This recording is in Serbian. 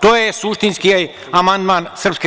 To je suštinski amandman SRS.